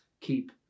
keep